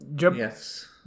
Yes